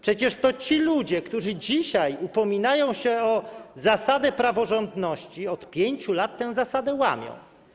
Przecież to ci ludzie, którzy dzisiaj upominają się o zasadę praworządności, od 5 lat tę zasadę łamią.